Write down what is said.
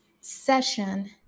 session